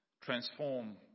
transform